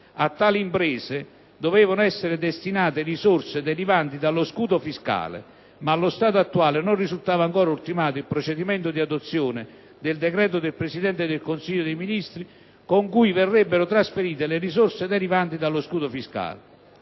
A tali imprese dovevano essere destinate risorse derivanti dallo scudo fiscale ma, allo stato attuale, non risulta ancora ultimato il procedimento di adozione del decreto del Presidente del Consiglio dei ministri con cui verrebbero trasferite le risorse derivanti dallo scudo fiscale.